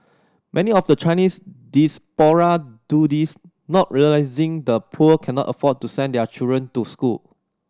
many of the Chinese diaspora do this not realising the poor cannot afford to send their children to school